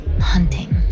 hunting